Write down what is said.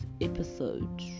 episode